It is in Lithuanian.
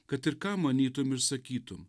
kad ir ką manytum ir sakytum